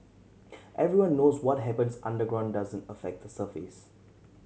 everyone knows what happens underground doesn't affect the surface